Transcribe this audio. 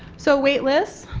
so wait lists